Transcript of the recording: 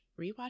rewatch